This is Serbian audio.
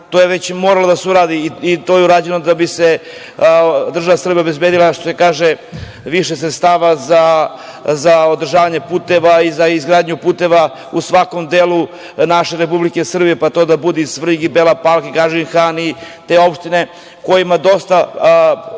to je već moralo da se uradi i to je urađeno da bi država Srbija obezbedila, što se kaže, više sredstava za održavanje puteva i za izgradnju puteva u svakom delu naše Republike Srbije, pa to da bude i Svrljig i Bela Palanka i Gadžin Han i te opštine koja ima dosta